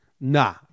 Nah